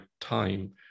time